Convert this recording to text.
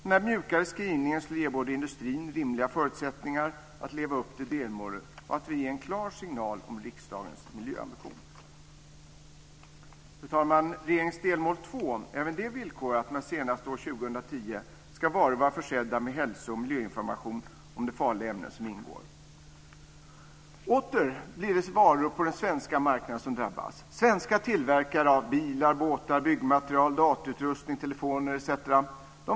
Denna mjukare skrivning skulle både ge industrin rimliga förutsättningar att leva upp till delmålet och innebära att vi ger en klar signal om riksdagens miljöambition. Fru talman! Regeringens delmål 2 är även det villkorat med att senast år 2010 ska varor vara försedda med hälso och miljöinformation om de farliga ämnen som ingår. Åter blir det varor på den svenska marknaden som drabbas. Svenska tillverkare av bilar, båtar, byggmaterial, datorutrustning, telefoner etc.